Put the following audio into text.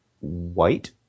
white